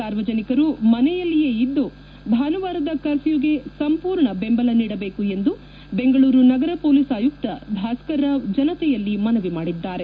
ಸಾರ್ವಜನಿಕರು ಮನೆಯಲ್ಲಿಯೇ ಇದ್ದು ಭಾನುವಾರದ ಕರ್ಫ್ಯೂಗೆ ಸಂಪೂರ್ಣ ಬೆಂಬಲ ನೀಡಬೇಕು ಎಂದು ಬೆಂಗಳೂರು ನಗರ ಮೊಲೀಸ್ ಆಯುಕ್ತ ಭಾಸ್ತರ್ ರಾವ್ ಜನತೆಯಲ್ಲಿ ಮನವಿ ಮಾಡಿದ್ದಾರೆ